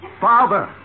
Father